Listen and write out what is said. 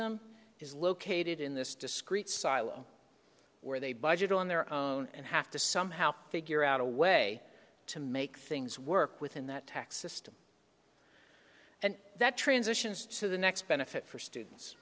them is located in this discrete silo where they budget on their own and have to somehow figure out a way to make things work within that tax system and that transitions to the next benefit for students